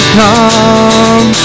come